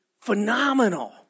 phenomenal